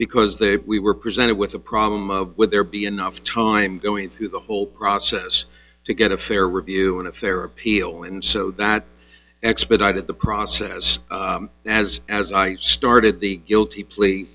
because there we were presented with a problem of would there be enough time going through the whole process to get a fair review and a fair appeal and so that expedited the process as as i started the guilt